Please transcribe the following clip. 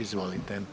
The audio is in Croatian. Izvolite.